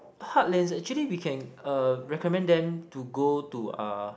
heartlands actually we can uh recommend them to go to uh